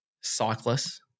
cyclists